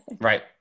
Right